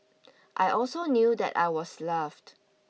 I also knew that I was loved